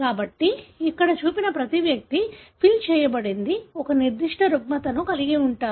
కాబట్టి ఇక్కడ చూపిన ప్రతి వ్యక్తి ఫిల్ చేయబడింది ఒక నిర్దిష్ట రుగ్మతను కలిగి ఉంటారు